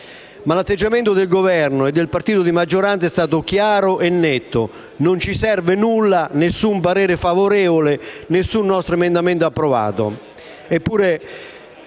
L'atteggiamento del Governo e del partito di maggioranza è stato, però, chiaro e netto: non ci serve nulla, nessun parere favorevole, nessun nostro emendamento approvato.